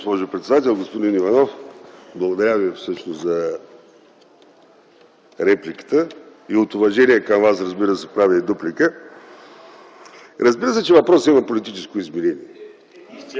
госпожо председател. Господин Иванов, благодаря Ви за репликата и от уважение към Вас правя и дуплика. Разбира се, че въпросът има политическо измерение.